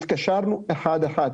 התקשרנו אחד אחד.